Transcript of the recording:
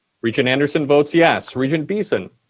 regent anderson votes yes. regent beeson?